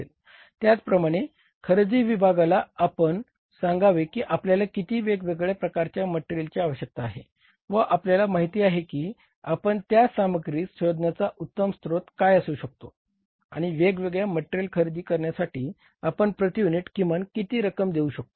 त्याचप्रमाणे खरेदी विभागाला आपण सांगावे कि आपल्याला किती वेगवेगळ्या प्रकाराच्या मटेरियलची आवश्यकता आहे व आपल्याला माहिती आहे की आपण त्या सामग्रीस शोधण्याचा उत्तम स्रोत काय असू शकतो आणि वेगवेगळे मटेरियल खरेदी करण्यासाठी आपण प्रती युनिट किमान किती रक्कम देऊ शकतो